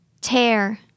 Tear